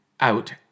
out